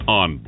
on